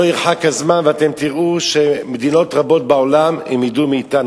לא ירחק הזמן ואתם תראו שמדינות רבות בעולם ילמדו מאתנו.